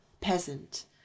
Peasant